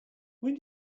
when